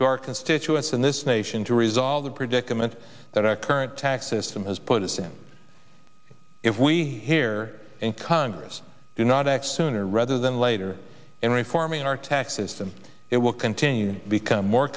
to our constituents in this nation to resolve the predicament that our current tax system has put us in if we here in congress do not act sooner rather than later in reforming our tax system it will continue to become more